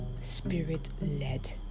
spirit-led